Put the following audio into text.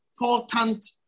important